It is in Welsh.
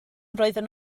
roedden